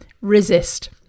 Resist